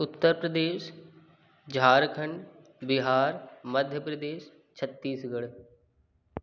Uttar Pradesh Jharkhand Bihar Madhya Pradesh Chhattisgarh